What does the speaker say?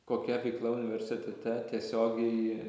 kokia veikla universitete tiesiogiai